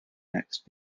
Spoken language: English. next